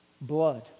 blood